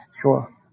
sure